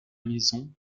maison